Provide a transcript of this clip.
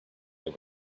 they